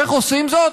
איך עושים זאת?